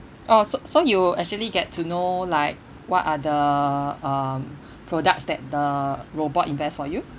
orh so so you'll actually get to know like what are the um products that the robot invest for you